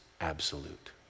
absolute